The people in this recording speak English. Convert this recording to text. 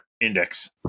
index